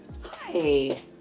Hi